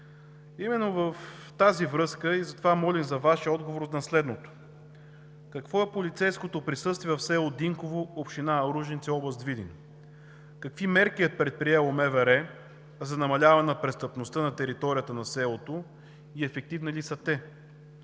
описах. В тази връзка, моля за Вашия отговор за следното: какво е полицейското присъствие в село Динково – община Ружинци, област Видин? Какви мерки е предприело МВР за намаляване на престъпността на територията на селото и ефективни ли са те?